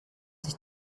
sich